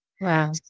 Wow